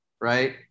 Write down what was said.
Right